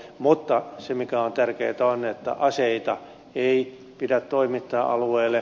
mutta se mikä on tärkeintä on että aseita ei pidä toimittaa alueelle